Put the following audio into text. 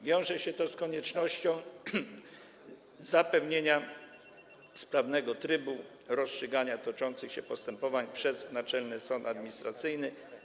Wiąże się to z koniecznością zapewnienia sprawnego trybu rozstrzygania toczących się postępowań przez Naczelny Sąd Administracyjny.